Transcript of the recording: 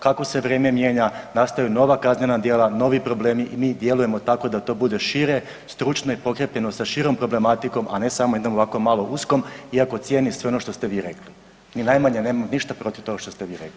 Kako se vrijeme mijenja nastaju nova kaznena djela, novi problemi i mi djelujemo tako da to bude šire, stručno i potkrijepljeno sa širom problematikom, a ne samo jednom ovako malo uskom iako cijenim sve što ste vi rekli, ni najmanje nemam ništa protiv toga što ste vi rekli.